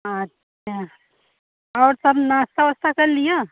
अच्छा और सब नाश्ता वाश्ता कर लिए